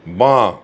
বাঁ